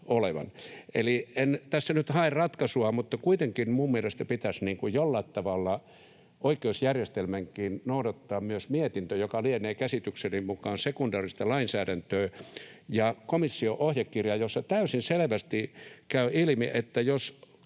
Eli en tässä nyt hae ratkaisua, mutta kuitenkin minun mielestäni pitäisi jollain tavalla oikeusjärjestelmänkin noudattaa myös mietintöä, joka lienee käsitykseni mukaan sekundaarista lainsäädäntöä, ja komission ohjekirjaa, josta täysin selvästi käy ilmi, että jos